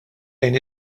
lejn